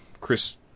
Chris